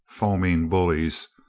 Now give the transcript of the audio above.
foaming bul lies,